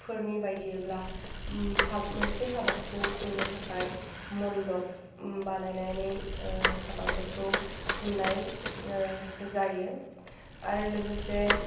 फोरनि बायदियैब्ला मोनसे हाबाखौ खुंनो थाखाइ मन्दब बानायनानै हाबाफोरखौ खुंनाय जायो आरो लोगोसे